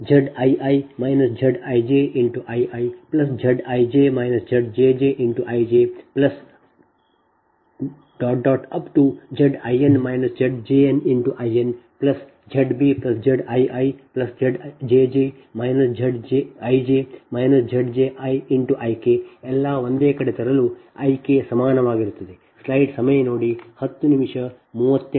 ಆದ್ದರಿಂದ ಇದು ನಿಜವಾದ ಪರಿಶಿಲನೆ ಇದರರ್ಥ 0Zi1 Zj1I1Zi2 Zj2I2Zii ZijIiZij ZjjIjZin ZjnInZbZiiZjj Zij Zji Ik ಎಲ್ಲವನ್ನೂ ಒಂದೇ ಕಡೆ ತರಲು I k ಸಮಾನವಾಗಿರುತ್ತದೆ